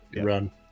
Run